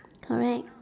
correct